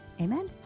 Amen